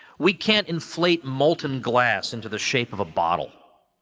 we can't inflate molten glass into the shape of a bottle.